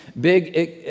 big